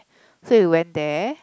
so we went there